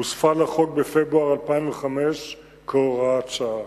הוספה לחוק בפברואר 2005 כהוראת שעה.